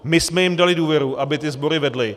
My jsme jim dali důvěru, aby ty sbory vedli.